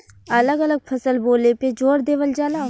अलग अलग फसल बोले पे जोर देवल जाला